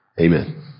Amen